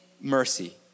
mercy